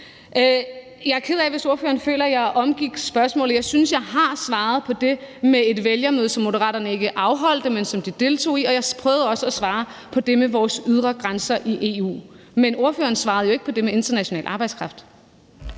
Jeg er ked af, hvis ordføreren føler, at jeg omgik spørgsmålet. Jeg synes, at jeg har svaret på det med et vælgermøde, som Moderaterne ikke afholdt, men deltog i. Og jeg prøvede også at svare på det med vores ydre grænser i EU. Men ordføreren svarede jo ikke på det med international arbejdskraft.